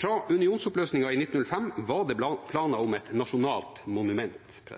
Fra unionsoppløsningen i 1905 var det planer om et nasjonalt monument.